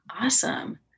Awesome